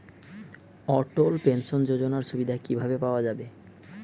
অটল pension যোজনার সুবিধা কি ভাবে পাওয়া যাবে?